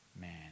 man